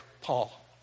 Paul